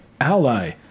ally